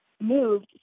moved